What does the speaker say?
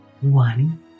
One